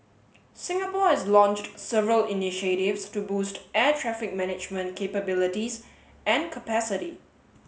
Singapore has launched several initiatives to boost air traffic management capabilities and capacity